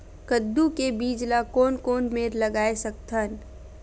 कददू के बीज ला कोन कोन मेर लगय सकथन?